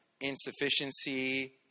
insufficiency